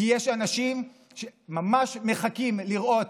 כי יש אנשים שממש מחכים לראות,